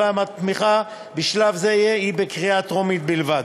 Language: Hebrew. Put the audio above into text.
אולם התמיכה בשלב זה היא בקריאה טרומית בלבד.